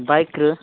ବାଇକ୍ରେ